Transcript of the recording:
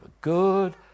good